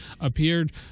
appeared